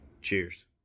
Cheers